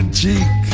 cheek